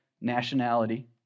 nationality